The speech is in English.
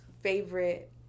favorite